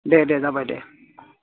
दे दे जाबाय दे